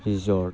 resort